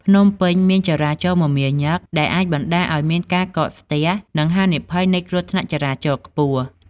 ភ្នំពេញមានចរាចរណ៍មមាញឹក ដែលអាចបណ្ដាលឲ្យមានការកកស្ទះ និងហានិភ័យនៃគ្រោះថ្នាក់ចរាចរណ៍ខ្ពស់។